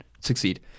succeed